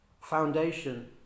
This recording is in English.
foundation